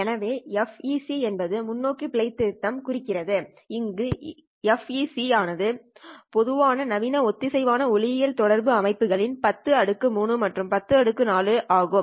எனவே FEC என்பது முன்னோக்கி பிழை திருத்தம் குறிக்கிறது இந்த FEC அளவு ஆனது பொதுவாகநவீன ஒத்திசைவான ஒளியியல் தொடர்பு அமைப்புகளில் 10 3 மற்றும் 10 4 ஆகும்